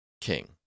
king